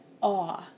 awe